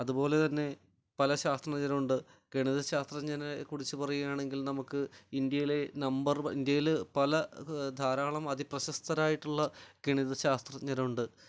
അതുപോലെതന്നെ പലശാസ്ത്രജ്ഞരുണ്ട് ഗണിതശാസ്ത്രജ്ഞരെ കുറിച്ച് പറയുകയാണെങ്കിൽ നമുക്ക് ഇന്ത്യയിലെ നമ്പർ ഇന്ത്യയിൽ പല ധാരാളം അതിപ്രശസ്തരായിട്ടുള്ള ഗണിതശാസ്ത്രജ്ഞരുണ്ട്